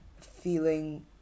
feeling